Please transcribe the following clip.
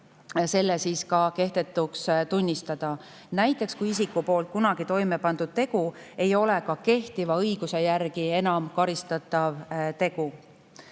selle ka kehtetuks tunnistada. Seda näiteks siis, kui isiku poolt kunagi toime pandud tegu ei ole kehtiva õiguse järgi enam karistatav tegu.